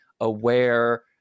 aware